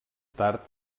tard